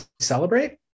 celebrate